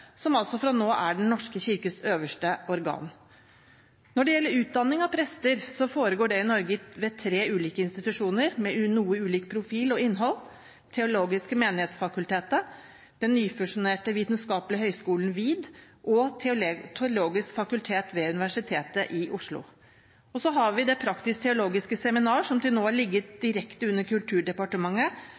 som altså fra nå av er Den norske kirkes øverste organ. Når det gjelder utdanning av prester, foregår det i Norge ved tre ulike institusjoner, med noe ulik profil og innhold: Det teologiske Menighetsfakultet, den nyfusjonerte vitenskapelige høyskolen VID og Det teologiske fakultet ved Universitetet i Oslo. Så har vi Det praktisk-teologiske seminar som til nå har ligget direkte under Kulturdepartementet